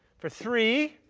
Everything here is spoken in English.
for three.